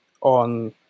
on